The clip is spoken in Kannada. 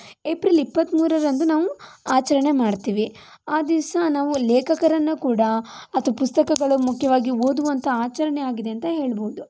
ಏಪ್ರಿಲ್ ಇಪ್ಪತ್ತ ಮೂರರಂದು ನಾವು ಆಚರಣೆ ಮಾಡ್ತೀವಿ ಆ ದಿವಸ ನಾವು ಲೇಖಕರನ್ನು ಕೂಡ ಅಥವಾ ಪುಸ್ತಕಗಳು ಮುಖ್ಯವಾಗಿ ಓದುವಂಥ ಆಚರಣೆ ಆಗಿದೆ ಅಂತ ಹೇಳ್ಬೋದು